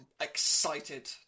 excited